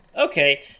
Okay